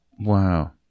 Wow